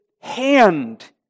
hand